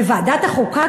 בוועדת החוקה,